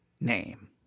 name